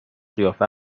قیافه